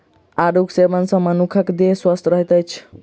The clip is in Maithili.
आड़ूक सेवन सॅ मनुखक देह स्वस्थ रहैत अछि